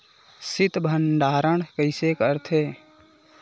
शीत भंडारण कइसे करथे?